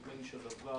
נדמה לי שהדבר